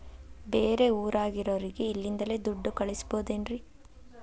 ಬೇರೆ ಊರಾಗಿರೋರಿಗೆ ಇಲ್ಲಿಂದಲೇ ದುಡ್ಡು ಕಳಿಸ್ಬೋದೇನ್ರಿ?